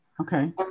Okay